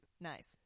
nice